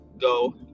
go